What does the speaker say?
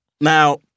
Now